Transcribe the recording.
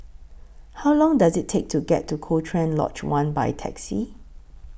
How Long Does IT Take to get to Cochrane Lodge one By Taxi